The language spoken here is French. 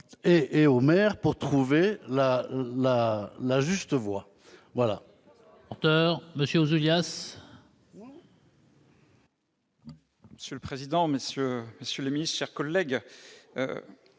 et aux maires pour trouver la juste voie.